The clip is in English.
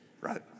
Right